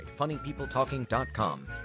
funnypeopletalking.com